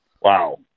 Wow